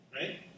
Right